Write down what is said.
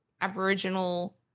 Aboriginal